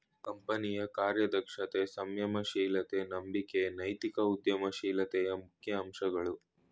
ಕಂಪನಿಯ ಕಾರ್ಯದಕ್ಷತೆ, ಸಂಯಮ ಶೀಲತೆ, ನಂಬಿಕೆ ನೈತಿಕ ಉದ್ಯಮ ಶೀಲತೆಯ ಮುಖ್ಯ ಅಂಶಗಳು